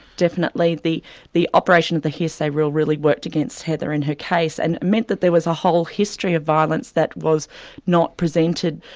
definitely. the the operation of the hearsay rule really worked against heather in her case, and it meant that there was a whole history of violence that was not presented,